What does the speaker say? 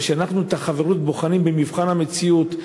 אבל כשאנחנו בוחנים את החברות במבחן המציאות,